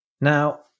Now